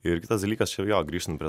ir kitas dalykas šiaip jo grįžtant prie